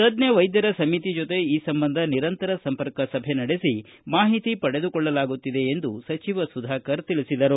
ತಜ್ಞ ವೈದ್ಧರ ಸಮಿತಿ ಜೊತೆ ಈ ಸಂಬಂಧ ನಿರಂತರ ಸಂಪರ್ಕ ಸಭೆ ನಡೆಸಿ ಮಾಹಿತಿ ಪಡೆದುಕೊಳ್ಳಲಾಗುತ್ತಿದೆ ಎಂದು ಸಚಿವ ಸುಧಾಕರ ತಿಳಿಸಿದರು